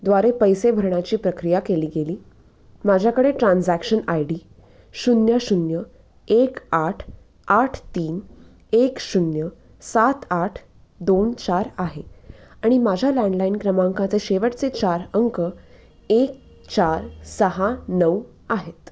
द्वारे पैसे भरणाची प्रक्रिया केली गेली माझ्याकडे ट्रान्जॅक्शन आय डी शून्य शून्य एक आठ आठ तीन एक शून्य सात आठ दोन चार आहे आणि माझ्या लँडलाइण क्रमांकाचे शेवटचे चार अंक एक चार सहा नऊ आहेत